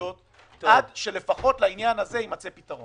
הסתייגויות עד שלפחות לעניין הזה יימצא פתרון.